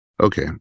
Okay